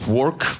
work